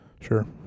Sure